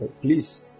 please